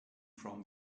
from